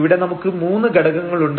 ഇവിടെ നമുക്ക് മൂന്നു ഘടകങ്ങളുണ്ട്